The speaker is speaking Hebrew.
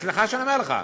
סליחה שאני אומר לך,